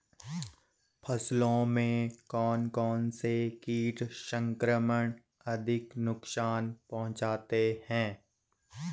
फसलों में कौन कौन से कीट संक्रमण अधिक नुकसान पहुंचाते हैं?